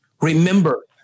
Remember